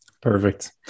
Perfect